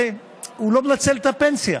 הוא לא מנצל את הפנסיה.